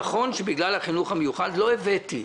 נכון שבגלל החינוך המיוחד לא הבאתי